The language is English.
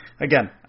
again